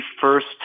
first